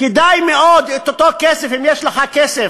כדאי מאוד, את אותו כסף, אם יש לך כסף,